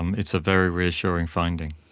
um it's a very reassuring finding.